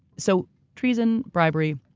so treason, bribery,